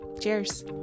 Cheers